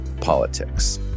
politics